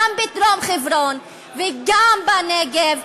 גם בדרום חברון וגם בנגב,